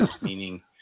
meaning